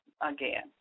again